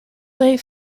they